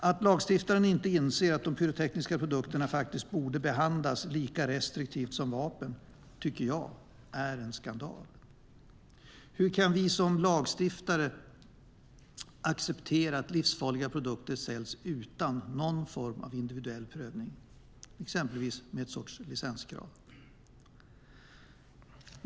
Att lagstiftarna inte inser att de pyrotekniska produkterna borde behandlas lika restriktivt som vapen tycker jag är en skandal. Hur kan vi som lagstiftare acceptera att livsfarliga produkter säljs utan någon form av individuell prövning, exempelvis en sorts licenskrav?